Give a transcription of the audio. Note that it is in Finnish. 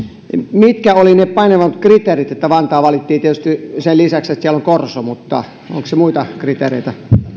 mitkä olivat ne painavimmat kriteerit että vantaa valittiin tietysti se että siellä on korso mutta onko lisäksi muita kriteereitä